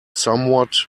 somewhat